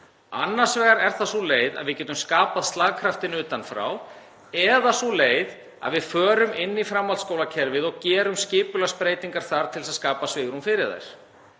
Annars vegar er það sú leið að við getum skapað slagkraftinn utan frá eða sú leið að við förum inn í framhaldsskólakerfið og gerum skipulagsbreytingar þar til að skapa svigrúm fyrir þær.